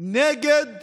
נגד